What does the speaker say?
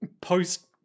post